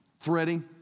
threading